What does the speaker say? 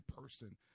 person